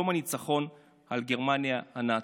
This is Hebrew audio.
יום הניצחון על גרמניה הנאצית.